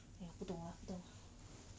!aiya! 不懂啦不懂啦